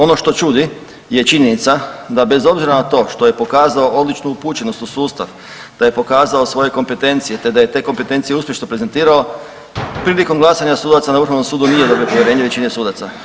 Ono što čudi je činjenica da bez obzira na to što je pokazao odličnu upućenost u sustav, da je pokazao svoje kompetencije, te da je te kompetencije uspješno prezentirao, prilikom glasanja sudaca na vrhovnom sudu nije dobio povjerenje većine sudaca.